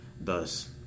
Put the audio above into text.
Thus